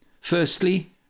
Firstly